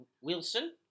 Wilson